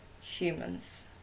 Humans